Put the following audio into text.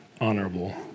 honorable